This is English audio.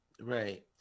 Right